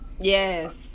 Yes